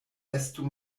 estu